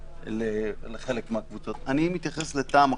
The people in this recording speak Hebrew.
לחלק מהקבוצות, ואני מתייחס לטעם אחר.